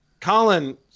Colin